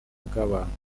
bw’abantu